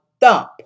thump